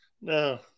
No